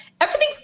everything's